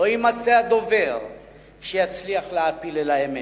לא יימצא הדובר שיצליח להעפיל אל האמת.